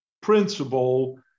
Principle